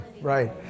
Right